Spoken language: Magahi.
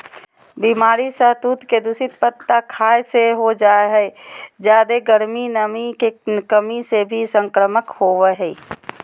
बीमारी सहतूत के दूषित पत्ता खाय से हो जा हई जादे गर्मी, नमी के कमी से भी संक्रमण होवई हई